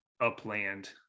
upland